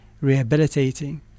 rehabilitating